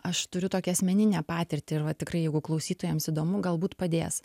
aš turiu tokią asmeninę patirtį ir va tikrai jeigu klausytojams įdomu galbūt padės